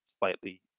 slightly